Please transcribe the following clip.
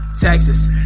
Texas